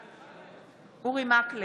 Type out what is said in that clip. בעד אורי מקלב,